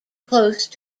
close